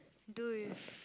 do with